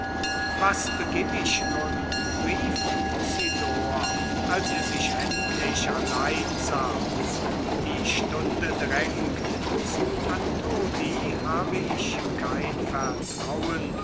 was beginne ich nun rief lucidor als er sich endlich allein fand die stunde drängt zu antoni hab ich kein vertrauen